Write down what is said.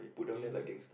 Daniel